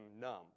numb